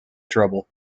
trouble